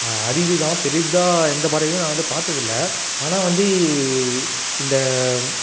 அரிது தான் பெரிதாக எந்த பறவையும் நான் வந்து பார்த்தது இல்லை ஆனால் வந்து இந்த